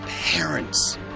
parents